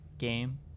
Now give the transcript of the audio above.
Game